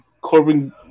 Corbin